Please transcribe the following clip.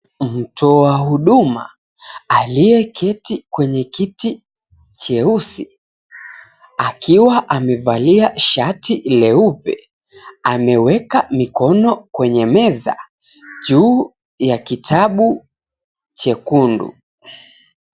Mtoa huduma aliyeketi kwenye kiti cheusi, akiwa amevalia shati leupe, ameweka mkono kwenye meza juu ya kitabu chekundu.